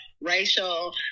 racial